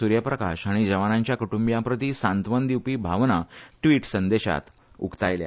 सुर्यप्रकाश हाणी जवानांच्या कुटुंबिया प्रती सांत्वन दिवपी भावना व्टिट संदेशात उक्तायल्या